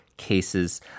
cases